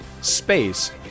space